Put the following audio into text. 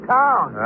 town